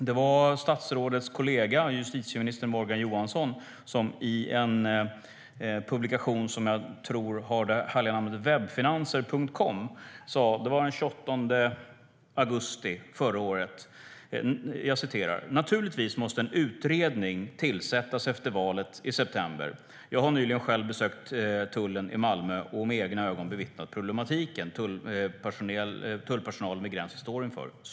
Det var statsrådets kollega, justitieminister Morgan Johansson, som i publikationen webfinanser.com den 28 augusti förra året uttalade: "Naturligtvis måste en utredning tillsättas efter valet i september. Jag har själv nyligen besökt tullen i Malmö och med egna ögon bevittnat problematiken tullpersonalen vid gränsen står inför."